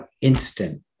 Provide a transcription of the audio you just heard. instant